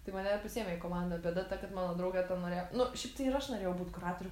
tai mane pasiėmė į komandą bėda ta kad mano draugė ten norėjo nu šiaip tai ir aš norėjau būt kuratorių